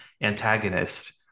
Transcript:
antagonist